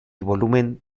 volumen